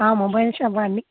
mobile షాపా అండి